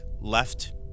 left